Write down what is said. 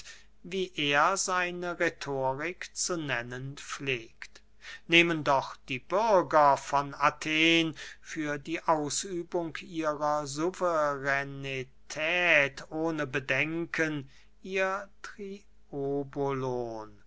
wie er seine rhetorik zu nennen pflegt nehmen doch die bürger von athen für die ausübung ihrer suveränität ohne bedenken ihr